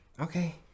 Okay